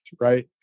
right